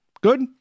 Good